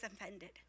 offended